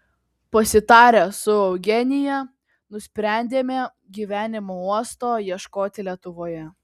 pasitarę su eugenija nusprendėme gyvenimo uosto ieškoti lietuvoje